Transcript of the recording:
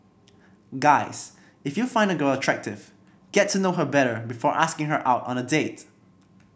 guys if you find a girl attractive get to know her better before asking her out on a date